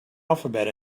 alphabet